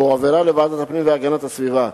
והועברה לוועדת הפנים והגנת הסביבה.